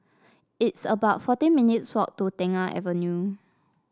it's about fourteen minutes' walk to Tengah Avenue